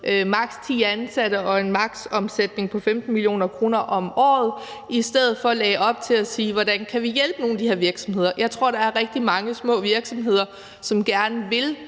maks. ti ansatte og med en maks.-omsætning på 15 mio. kr. om året lagde op til at sige: Hvordan kan vi hjælpe nogle af de her virksomheder? Jeg tror, at der er rigtig mange små virksomheder, som gerne vil